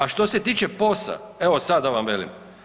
A što se tiče POS-a, evo sad da vam velim.